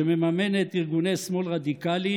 שממומנת על ידי ארגוני שמאל רדיקליים,